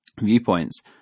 viewpoints